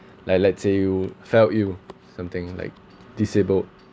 like let's say you fell ill something like disabled